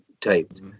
taped